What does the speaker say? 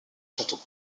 châteaux